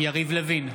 יריב לוין,